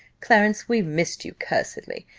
clarence, we missed you cursedly,